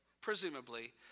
presumably